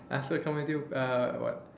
ask her come with you uh what